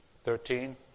Thirteen